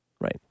Right